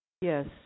Yes